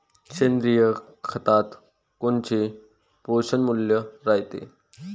सेंद्रिय खतात कोनचे पोषनमूल्य रायते?